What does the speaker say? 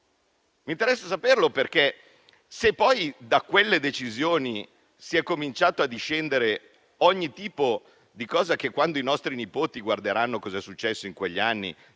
mi interessa saperlo, perché da quelle decisioni è cominciato a discendere ogni tipo di cosa. Quando i nostri nipoti sapranno cosa è successo in quegli anni